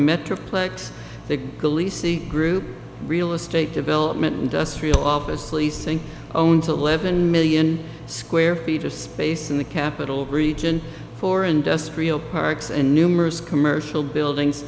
the group real estate development industrial office leasing own to eleven million square feet of space in the capital region for industrial parks and numerous commercial buildings